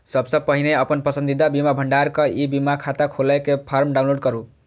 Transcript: सबसं पहिने अपन पसंदीदा बीमा भंडारक ई बीमा खाता खोलै के फॉर्म डाउनलोड करू